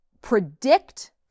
predict